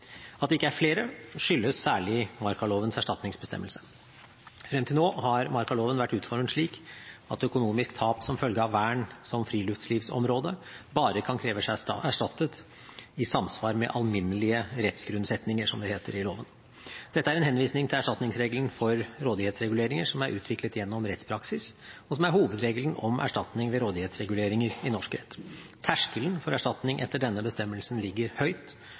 At det ikke er flere, skyldes særlig markalovens erstatningsbestemmelse. Frem til nå har markaloven vært utformet slik at økonomisk tap som følge av vern som friluftslivsområde bare kan kreves erstattet «i samsvar med alminnelige rettsgrunnsetninger», som det heter i loven. Dette er en henvisning til erstatningsregelen for rådighetsreguleringer som er utviklet gjennom rettspraksis, og som er hovedregelen om erstatning ved rådighetsreguleringer i norsk rett. Terskelen for erstatning etter denne bestemmelsen ligger høyt